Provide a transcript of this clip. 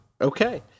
Okay